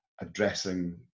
addressing